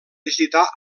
visitar